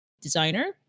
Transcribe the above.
designer